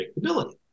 predictability